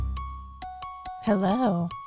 Hello